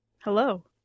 Hello